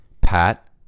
Pat